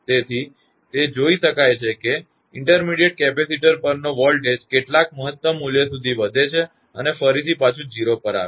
તેથી તે જોઇ શકાય છે કે મધ્યવર્તી કેપેસિટર પરનો વોલ્ટેજ કેટલાક મહત્તમ મૂલ્ય સુધી વધે છે અને ફરીથી પાછુ 0 પર આવે છે